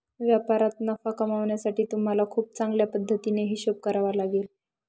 व्यापारात नफा कमावण्यासाठी तुम्हाला खूप चांगल्या पद्धतीने हिशोब करावा लागेल